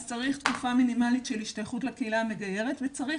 אז צריך תקופה מינימלית של השתייכות לקהילה המגיירת וצריך